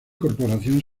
corporación